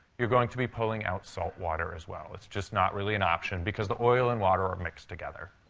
you're going to be pulling out salt water as well. it's just not really an option because the oil and water are mixed together.